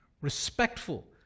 respectful